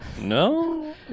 No